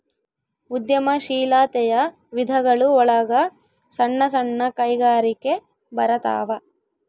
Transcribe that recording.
ಉದ್ಯಮ ಶೀಲಾತೆಯ ವಿಧಗಳು ಒಳಗ ಸಣ್ಣ ಸಣ್ಣ ಕೈಗಾರಿಕೆ ಬರತಾವ